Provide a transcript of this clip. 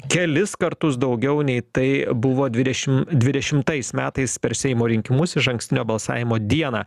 kelis kartus daugiau nei tai buvo dvidešim dvidešimtais metais per seimo rinkimus išankstinio balsavimo dieną